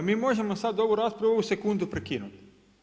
Mi možemo sad ovu raspravu ovu sekundu prekinuti.